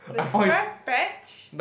the square patch